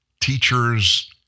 teachers